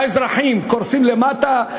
האזרחים קורסים למטה,